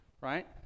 right